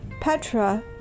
Petra